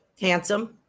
Handsome